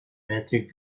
patrick